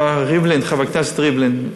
חבר הכנסת ריבלין,